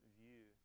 view